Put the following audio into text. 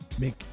Make